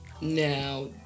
Now